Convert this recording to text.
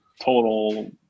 total